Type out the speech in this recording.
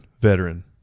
VETERAN